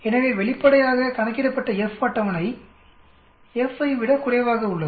எனவே வெளிப்படையாக கணக்கிடப்பட்ட F அட்டவணை F ஐ விட குறைவாக உள்ளது